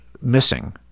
missing